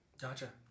Gotcha